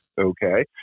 Okay